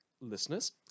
listeners